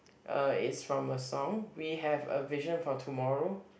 uh is from a song we have a vision for tomorrow